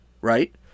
Right